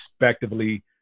respectively